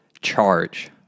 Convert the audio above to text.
charge